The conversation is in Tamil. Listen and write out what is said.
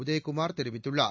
உதயகுமார் கெரிவிக்கள்ளார்